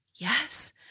Yes